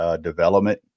development